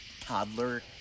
toddler